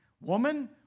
Woman